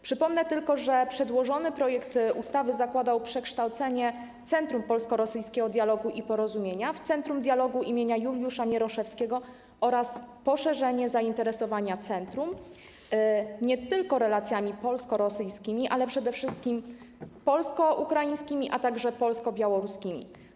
Przypomnę tylko, że przedłożony projekt ustawy zakładał przekształcenie Centrum Polsko-Rosyjskiego Dialogu i Porozumienia w Centrum Dialogu im. Juliusza Mieroszewskiego oraz poszerzenie zainteresowania centrum, tak aby zajmowało się nie tylko relacjami polsko-rosyjskimi, ale przede wszystkim relacjami polsko-ukraińskimi, a także polsko-białoruskimi.